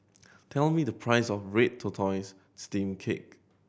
tell me the price of red tortoise steamed cake